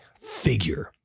figure